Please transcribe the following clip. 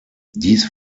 dies